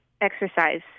exercise